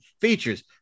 features